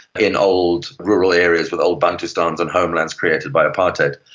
in old rural areas with old bantustans and homelands created by apartheid.